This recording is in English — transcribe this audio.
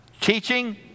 Teaching